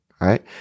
right